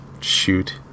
shoot